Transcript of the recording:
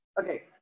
okay